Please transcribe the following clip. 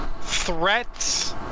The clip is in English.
threats